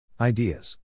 ideas